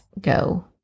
go